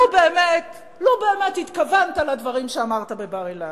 לו באמת התכוונת לדברים שאמרת בבר-אילן,